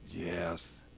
Yes